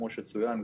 כמו שצוין,